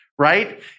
Right